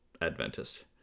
Adventist